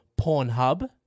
Pornhub